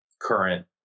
current